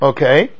Okay